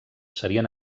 serien